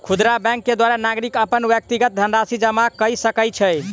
खुदरा बैंक के द्वारा नागरिक अपन व्यक्तिगत धनराशि जमा कय सकै छै